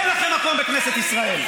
אין לכם מקום בכנסת ישראל.